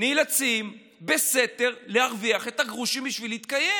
נאלצים בסתר להרוויח את הגרושים בשביל להתקיים,